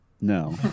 No